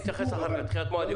תתייחס אחר-כך מבחינת מועדים.